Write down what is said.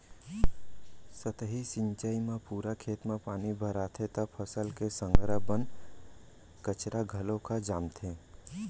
सतही सिंचई म पूरा खेत म पानी भराथे त फसल के संघरा बन कचरा घलोक ह जामथे